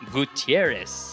Gutierrez